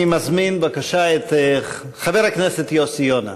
אני מזמין, בבקשה, את חבר הכנסת יוסי יונה.